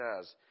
says